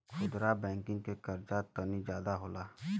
खुदरा बैंकिंग के कर्जा तनी जादा होला